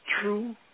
True